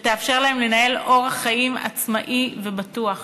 שתאפשר להם לנהל אורח חיים עצמאי ובטוח.